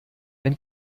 wenn